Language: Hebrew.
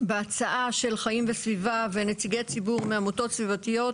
בהצגה של חיים וסביבה ונציגי ציבור מעמותות סביבתיות,